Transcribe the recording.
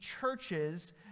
churches